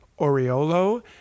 Oriolo